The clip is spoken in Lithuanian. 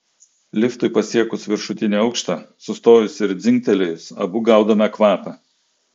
liftui pasiekus viršutinį aukštą sustojus ir dzingtelėjus abu gaudome kvapą